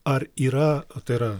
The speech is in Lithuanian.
ar yra tai yra